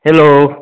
hello